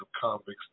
convicts